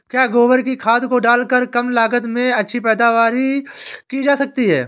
क्या गोबर की खाद को डालकर कम लागत में अच्छी पैदावारी की जा सकती है?